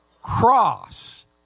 Cross